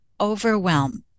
overwhelm